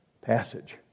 passage